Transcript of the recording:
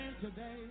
today